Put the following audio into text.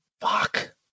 fuck